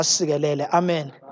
Amen